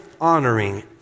honoring